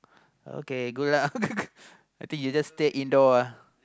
okay good lah I think you just stay indoor ah